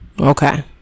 Okay